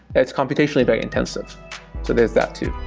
it's computationally very intensive. so there's that too